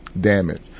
damage